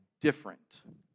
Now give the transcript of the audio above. different